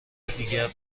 دیگر